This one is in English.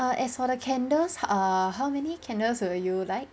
~(err) as for the candles uh how many candles will you like